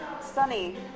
Sunny